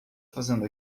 fazendo